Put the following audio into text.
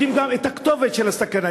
יודעים גם את הכתובת של הסכנה.